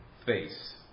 Face